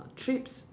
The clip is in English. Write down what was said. trips